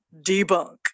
debunk